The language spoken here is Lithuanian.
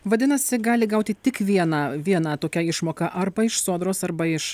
vadinasi gali gauti tik vieną vieną tokią išmoką arba iš sodros arba iš